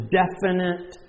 definite